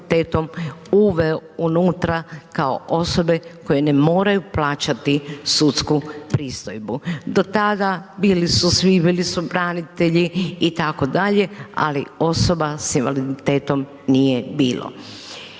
uveo unutra, kao osobe koje ne moraju plaćati sudsku pristojbu. Do tada bili su svi, bili su branitelji itd. ali osoba s invaliditetom nije bilo.